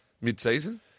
mid-season